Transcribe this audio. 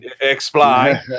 Explain